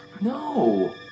No